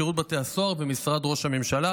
שירות בתי הסוהר ומשרד ראש הממשלה.